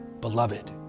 Beloved